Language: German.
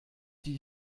die